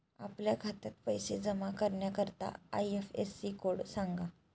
आपल्या खात्यात पैसे जमा करण्याकरता आय.एफ.एस.सी कोड सांगा